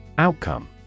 Outcome